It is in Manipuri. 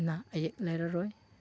ꯑꯅꯥ ꯑꯌꯦꯛ ꯂꯩꯔꯔꯣꯏ